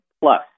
plus